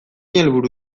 helburu